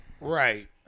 Right